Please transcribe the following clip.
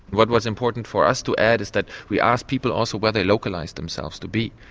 what was important for us to add is that we ask people also where they localised themselves to be,